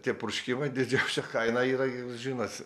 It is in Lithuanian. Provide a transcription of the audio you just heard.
tie purškimai didžiausia kaina yra jų žinos